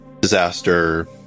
Disaster